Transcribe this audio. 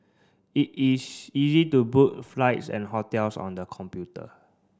it is easy to book flights and hotels on the computer